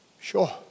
sure